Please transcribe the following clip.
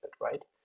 right